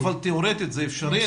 אבל תיאורטית זה אפשרי?